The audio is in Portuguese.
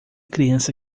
criança